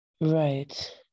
right